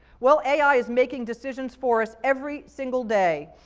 well, ai is making decisions for us every single day,